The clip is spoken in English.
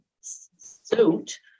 suit